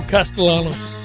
Castellanos